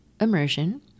immersion